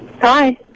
Hi